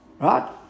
Right